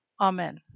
amen